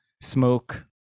smoke